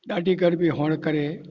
ॾाढी गर्मी हुजण करे